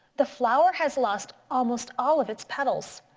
the flower has lost almost all of its petals.